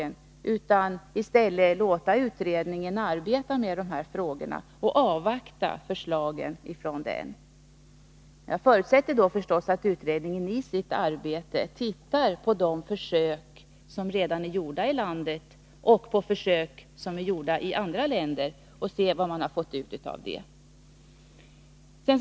Vi bör i stället låta utredningen arbeta med de här frågorna och avvakta förslagen från den. Jag förutsätter då förstås att utredningen i sitt arbete tittar på de försök som redan är gjorda i vårt land och i andra länder och ser efter vad man har fått ut av dessa.